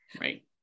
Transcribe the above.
Right